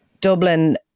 Dublin